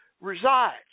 resides